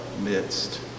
midst